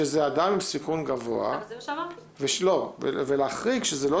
שזה אדם עם סיכון גבוה ולהחריג שזה לא